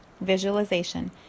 visualization